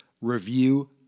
review